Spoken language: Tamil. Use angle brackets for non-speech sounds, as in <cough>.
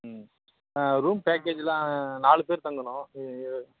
ம் ஆ ரூம் பேக்கேஜ்ஜி எல்லாம் நாலு பேர் தங்கணும் <unintelligible>